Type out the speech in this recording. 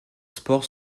sports